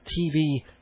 TV